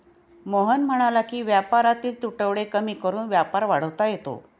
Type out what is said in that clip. मोहन म्हणाला की व्यापारातील तुटवडे कमी करून व्यापार वाढवता येतो